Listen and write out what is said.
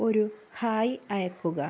ഒരു ഹായ് അയയ്ക്കുക